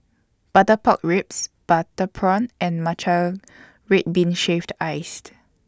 Butter Pork Ribs Butter Prawn and Matcha Red Bean Shaved Iced